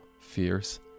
fierce